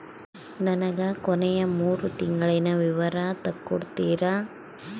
ನನಗ ಕೊನೆಯ ಮೂರು ತಿಂಗಳಿನ ವಿವರ ತಕ್ಕೊಡ್ತೇರಾ?